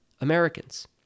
Americans